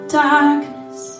darkness